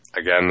again